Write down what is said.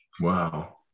Wow